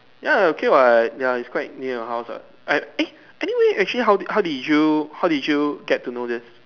ya okay what ya it's quite near your house what eh anyway how did you how did you get to know this